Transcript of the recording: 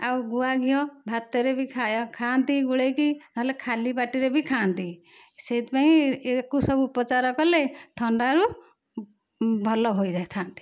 ଆଉ ଗୁଆଘିଅ ଭାତରେ ବି ଖାଇଆ ଖାଆନ୍ତି ଗୋଳାଇକି ନ ହେଲେ ଖାଲି ପାଟିରେ ବି ଖାଆନ୍ତି ସେଇଥିପାଇଁ ଏହାକୁ ସବୁ ଉପଚାର କଲେ ଥଣ୍ଡାରୁ ଭଲ ହୋଇଯାଇଥାନ୍ତି